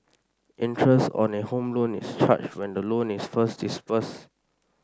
interest on a home loan is charged when the loan is first disbursed